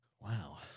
Wow